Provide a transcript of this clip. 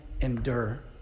endure